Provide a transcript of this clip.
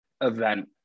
event